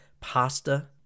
pasta